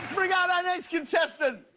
bring out our next contestant!